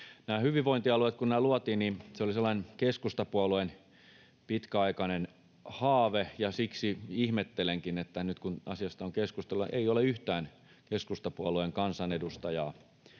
nämä hyvinvointialueet luotiin, niin se oli sellainen keskustapuolueen pitkäaikainen haave, ja siksi ihmettelenkin, että nyt kun asiasta on keskustelua, ei ole yhtään keskustapuolueen kansanedustajaa